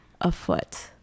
afoot